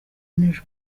nijoro